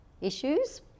issues